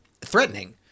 threatening